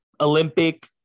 Olympic